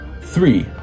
Three